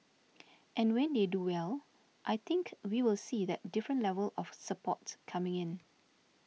and when they do well I think we will see that different level of support coming in